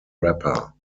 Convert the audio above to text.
rapper